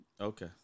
Okay